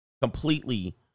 completely